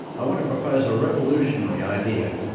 i want to propose a revolutionary idea,